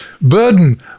burden